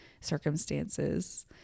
circumstances